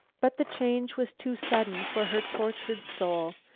but the change was too sudden for her tortured soul.